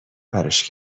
برش